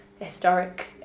historic